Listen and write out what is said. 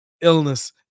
illness